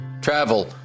Travel